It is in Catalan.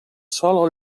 sol